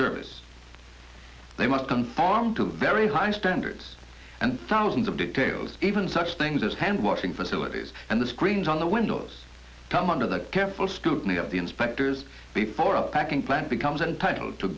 service they must conform to very high standards and thousands of details even such things as hand washing facilities and the screens on the windows come under the careful scrutiny of the inspectors before a packing plant becomes entitled to